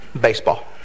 Baseball